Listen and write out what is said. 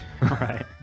Right